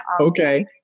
Okay